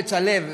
אומץ הלב.